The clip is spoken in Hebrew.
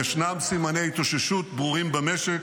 ישנם סימני התאוששות ברורים במשק,